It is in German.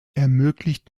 ermöglicht